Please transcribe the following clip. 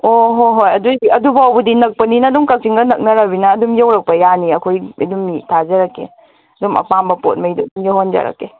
ꯑꯣ ꯍꯣ ꯍꯣꯏ ꯑꯗꯨꯑꯣꯏꯗꯤ ꯑꯗꯨ ꯐꯥꯎꯕꯗꯤ ꯅꯛꯄꯅꯤꯅ ꯑꯗꯨꯝ ꯀꯛꯆꯤꯡꯒ ꯅꯛꯅꯔꯃꯤꯅ ꯑꯗꯨꯝ ꯌꯧꯔꯛꯄ ꯌꯥꯅꯤ ꯑꯩꯈꯣꯏ ꯑꯗꯨꯝ ꯃꯤ ꯊꯥꯖꯔꯛꯀꯦ ꯑꯗꯨꯝ ꯑꯄꯥꯝꯕ ꯄꯣꯠꯉꯩꯗꯣ ꯑꯗꯨꯝ ꯌꯧꯍꯟꯖꯔꯛꯀꯦ